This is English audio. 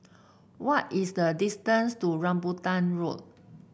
what is the distance to Rambutan Road